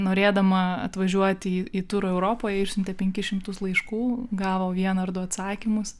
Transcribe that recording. norėdama atvažiuoti į į turą europoje išsiuntė penkis šimtus laiškų gavo vieną ar du atsakymus